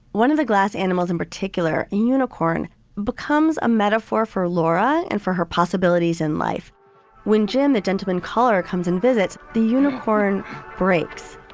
one of the glass animals in particular. a unicorn becomes a metaphor for laura and for her possibilities in life when jim, the gentleman caller, comes and visits, the unicorn breaks